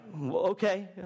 okay